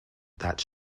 that